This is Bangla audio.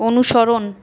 অনুসরণ